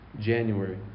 January